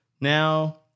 Now